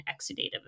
exudative